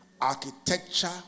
architecture